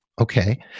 Okay